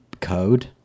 code